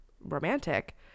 romantic